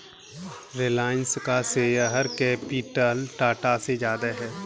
रिलायंस का share capital Tata से ज्यादा है